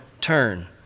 turn